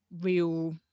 real